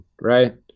right